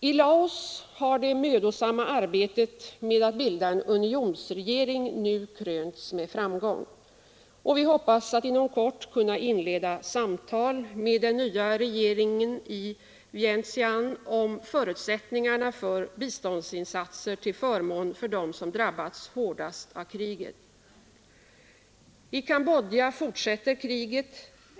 I Laos har det mödosamma arbetet med att bilda en unionsregering nu krönts med framgång. Vi hoppas att inom kort kunna inleda samtal med den nya regeringen i Vientiane om förutsättningarna för biståndsinsatser till förmån för dem som drabbats hårdast av kriget. I Cambodja fortsätter kriget.